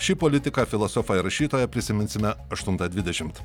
šį politiką filosofą ir rašytoją prisiminsime aštuntą dvidešimt